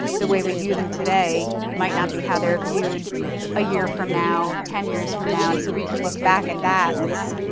the way we view them today might not be how they're viewed a year from now, ten years from now. and so we can look back at that and it